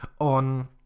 on